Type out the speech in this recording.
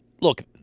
Look